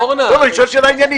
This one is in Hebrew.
אורנה, אני שואל שאלה עניינית.